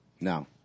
No